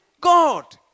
God